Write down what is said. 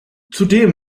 zudem